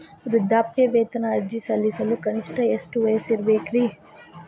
ವೃದ್ಧಾಪ್ಯವೇತನ ಅರ್ಜಿ ಸಲ್ಲಿಸಲು ಕನಿಷ್ಟ ಎಷ್ಟು ವಯಸ್ಸಿರಬೇಕ್ರಿ?